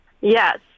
Yes